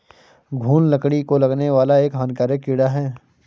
घून लकड़ी को लगने वाला एक हानिकारक कीड़ा है